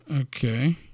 Okay